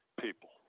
people